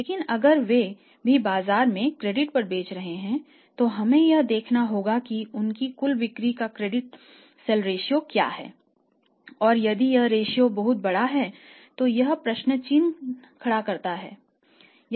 लेकिन अगर वे भी बाजार में क्रेडिट पर बेच रहे हैं तो हमें यह देखना होगा कि उनकी कुल बिक्री का क्रेडिट सेल रेश्यो बहुत बड़ा है तो यह प्रश्नचिह्न खड़ा करता है